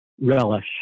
relish